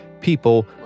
People